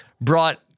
brought